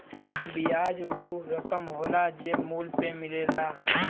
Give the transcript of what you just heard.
बियाज ऊ रकम होला जे मूल पे मिलेला